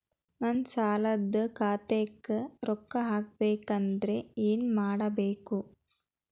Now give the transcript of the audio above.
ನನ್ನ ಸಾಲದ ಖಾತಾಕ್ ರೊಕ್ಕ ಹಾಕ್ಬೇಕಂದ್ರೆ ಏನ್ ಮಾಡಬೇಕು?